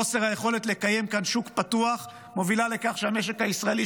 חוסר היכולת לקיים כאן שוק פתוח מוביל לכך שהמשק הישראלי,